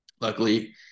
Luckily